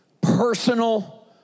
personal